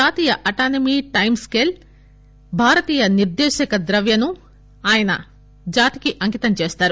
జాతీయ atomic time scale భారతీయ నిర్దేశక ద్రవ్య ను ఆయన జాతికి అంకితం చేస్తారు